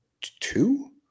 two